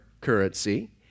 currency